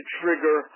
trigger